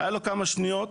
היו לו כמה שניות